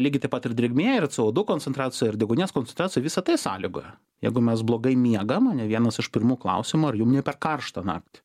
lygiai taip pat ir drėgmė ir c o du koncentracija ir deguonies koncentracija visa tai sąlygoja jeigu mes blogai miegam ane vienas iš pirmų klausimų ar jum ne per karšta naktį